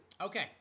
Okay